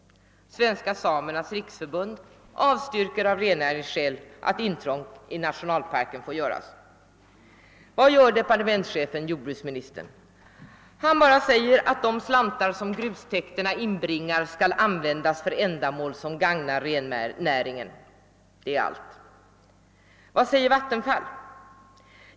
Svenska samernas riksförbund avstyrker av rennäringsskäl att intrång i nationalparken får göras. Vad gör departementschefen, dvs. jordbruksministern? Han säger bara att de slantar som grustäkterna inbringar skall användas för ändamål som gagnar rennäringen. Det är allt. Vad säger Vattenfall?